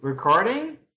Recording